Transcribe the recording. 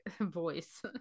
voice